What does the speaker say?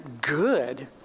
good